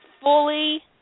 fully